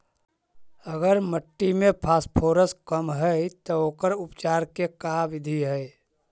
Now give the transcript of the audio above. अगर मट्टी में फास्फोरस कम है त ओकर उपचार के का बिधि है?